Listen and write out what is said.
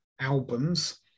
albums